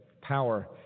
power